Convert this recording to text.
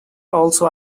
also